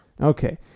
Okay